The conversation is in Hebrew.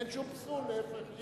אין שום פסול, להיפך.